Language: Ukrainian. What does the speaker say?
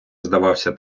здавався